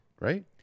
right